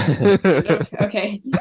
okay